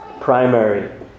primary